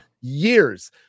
years